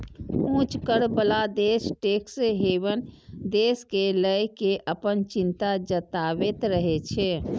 उच्च कर बला देश टैक्स हेवन देश कें लए कें अपन चिंता जताबैत रहै छै